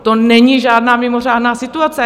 To není žádná mimořádná situace!